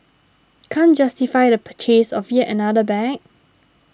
can't justify the purchase of yet another bag